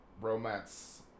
romance